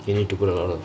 you need to put a lot of